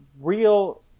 real